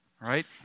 right